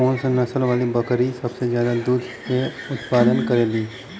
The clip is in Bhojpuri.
कौन से नसल वाली बकरी सबसे ज्यादा दूध क उतपादन करेली?